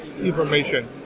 information